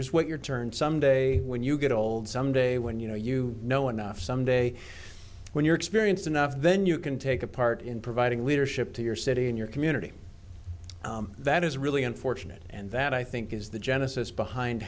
just wait your turn some day when you get old someday when you know you know enough someday when you're experienced enough then you can take a part in providing leadership to your city and your community that is really unfortunate and that i think is the genesis behind